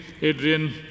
Adrian